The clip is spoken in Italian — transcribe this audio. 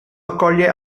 accoglie